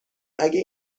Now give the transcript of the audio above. اگه